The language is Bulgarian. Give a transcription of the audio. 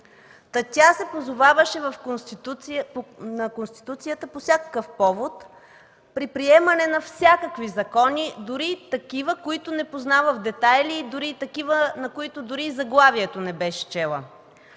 Тя се позоваваше на Конституцията по всякакъв повод, при приемане на всякакви закони, дори и такива, които не познава в детайли, дори и такива, на които дори и заглавието не беше чела.